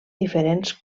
diferents